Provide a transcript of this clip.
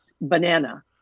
Banana